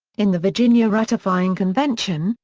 in the virginia ratifying convention,